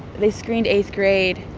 they screened eighth grade,